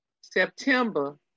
September